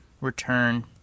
return